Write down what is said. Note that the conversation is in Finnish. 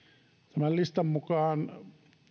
tämän listan mukaan